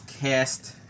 cast